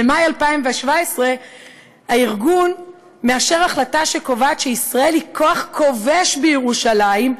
במאי 2017 הארגון מאשר החלטה הקובעת שישראל היא כוח כובש בירושלים,